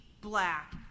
black